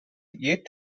yet